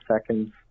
seconds